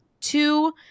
two –